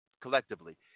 collectively